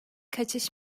kaçış